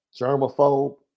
germaphobe